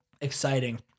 exciting